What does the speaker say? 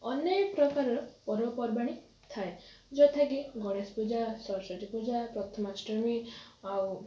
ଅନେକ ପ୍ରକାରର ପର୍ବପର୍ବାଣୀ ଥାଏ ଯଥା କି ଗଣେଶ ପୂଜା ସରସ୍ଵତୀ ପୂଜା ପ୍ରଥମାଷ୍ଟମୀ ଆଉ